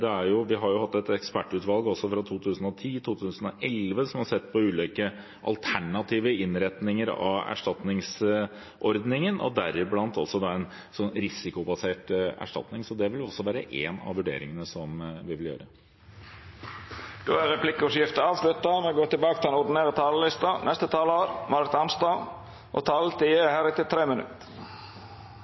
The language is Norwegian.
vi har hatt et ekspertutvalg også fra 2010–2011 som har sett på ulike alternative innretninger av erstatningsordningen, deriblant en sånn risikobasert erstatning. Så det vil også være én av vurderingene som vi vil gjøre. Replikkordskiftet er avslutta. Dei talarane som heretter får ordet, har ei taletid på inntil 3 minutt. Jeg har vært gjennom en del rovdyrdebatter de siste årene, og